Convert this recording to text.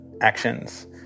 actions